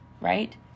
Right